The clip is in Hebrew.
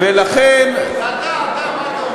ולכן, ואתה, אתה, מה אתה אומר?